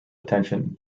attention